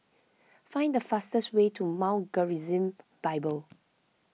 find the fastest way to Mount Gerizim Bible